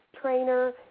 trainer